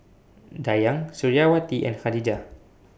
Dayang Suriawati and Khadija